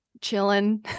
chilling